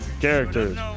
Characters